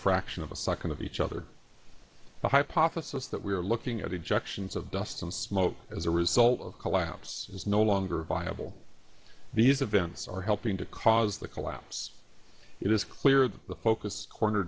fraction of a second of each other the hypothesis that we are looking at injections of dust and smoke as a result of collapse is no longer a viable these events are helping to cause the collapse it is clear that the focus corner